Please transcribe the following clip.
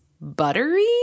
buttery